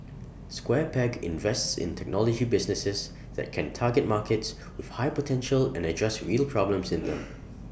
square peg invests in technology businesses that can target markets with high potential and address real problems in them